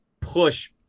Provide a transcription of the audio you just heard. push